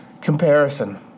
Comparison